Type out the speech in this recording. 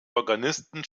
organisten